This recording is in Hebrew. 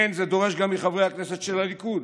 כן, זה דורש גם מחברי הכנסת של הליכוד